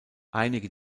einige